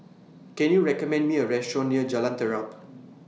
Can YOU recommend Me A Restaurant near Jalan Terap